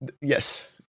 Yes